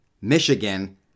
Michigan